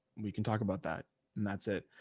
we can talk about that and that's it.